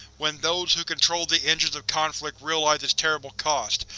when those who control the engines of conflict realize its terrible cost,